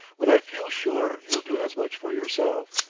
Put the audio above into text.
when i feel sure you'll do as much for yourself.